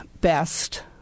best